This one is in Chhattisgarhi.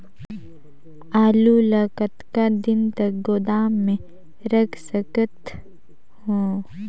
आलू ल कतका दिन तक गोदाम मे रख सकथ हों?